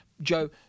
Joe